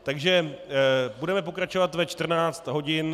Takže budeme pokračovat ve 14 hodin.